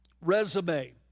resume